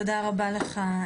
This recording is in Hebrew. תודה רבה לך,